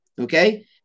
Okay